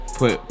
put